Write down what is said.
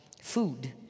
food